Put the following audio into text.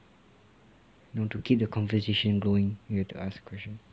know to keep the conversation going you have to ask a question